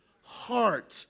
heart